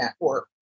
network